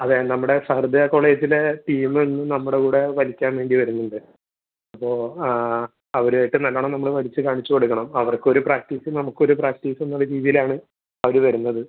അതെ നമ്മുടെ സഹൃദയ കോളേജിലെ ടീം ഇന്ന് നമ്മുടെ കൂടെ വലിക്കാൻ വേണ്ടി വരുന്നുണ്ട് അപ്പോൾ അവരുമായിട്ട് നല്ലോണം നമ്മൾ വലിച്ച് കാണിച്ച് കൊടുക്കണം അവർക്കൊരു പ്രാക്ടീസും നമുക്കൊരു പ്രാക്ടീസ് എന്നുള്ള രീതിയിലാണ് അവർ വരുന്നത്